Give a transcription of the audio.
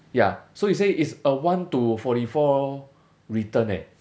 ya so you say it's a one to forty four return eh